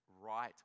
right